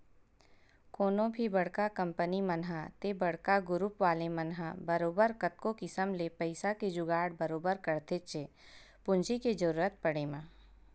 कोनो भी बड़का कंपनी मन ह ते बड़का गुरूप वाले मन ह बरोबर कतको किसम ले पइसा के जुगाड़ बरोबर करथेच्चे पूंजी के जरुरत पड़े म